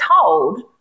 told